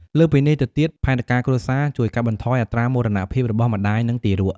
លើសពីនេះទៅទៀត ផែនការគ្រួសារជួយកាត់បន្ថយអត្រាមរណភាពរបស់ម្តាយ និងទារក។